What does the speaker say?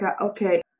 okay